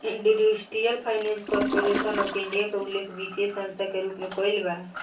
industrial finance corporation of India के उल्लेख वित्तीय संस्था के रूप में कईल बा